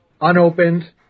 unopened